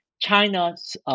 China's